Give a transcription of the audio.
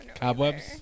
Cobwebs